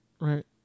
right